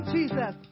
Jesus